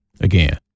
Again